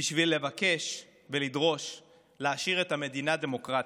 בשביל לבקש ולדרוש להשאיר את המדינה דמוקרטית.